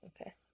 Okay